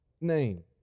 name